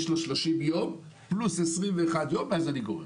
יש לו 30 ימים פלוס 21 ימים ואז אני גורר.